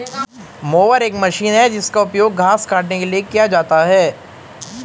mower एक machine है जिसका उपयोग घास काटने के लिए किया जाता है